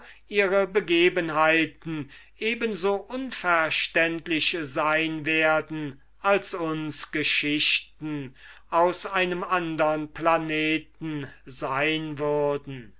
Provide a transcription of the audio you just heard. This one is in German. ihre begebenheiten eben so unverständlich sein werden als uns geschichten aus einem andern planeten sein würden